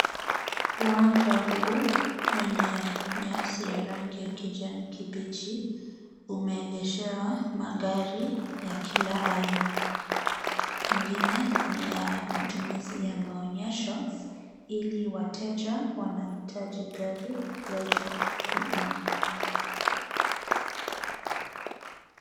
Uwanja huu wenye nyasi ya rangi ya kijani kibichi, umeengeshewa magari ya kila aina. Pengine ni ya matumizi ya maonyesho ili wateja wanaohitaji gari waje kununua.